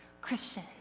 Christian